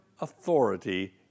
authority